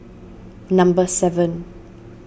number seven